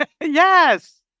Yes